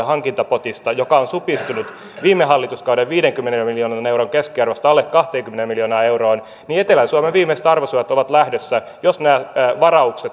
hankintapotista joka on supistunut viime hallituskauden viidenkymmenen miljoonan euron keskiarvosta alle kahteenkymmeneen miljoonaan euroon niin etelä suomen viimeiset arvosuot ovat lähdössä jos nämä